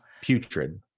Putrid